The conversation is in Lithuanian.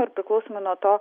ir priklausomai nuo to